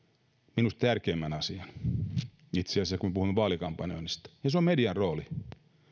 minusta tärkeimmän asian itse asiassa kun puhumme vaalikampanjoinnista ja se on median rooli